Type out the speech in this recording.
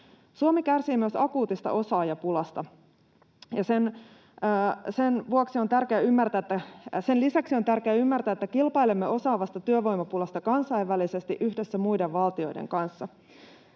Suomi kärsii myös akuutista osaajapulasta. Sen lisäksi on tärkeää ymmärtää, että kilpailemme osaavan työvoiman pulassa kansainvälisesti yhdessä muiden valtioiden kanssa.